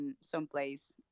someplace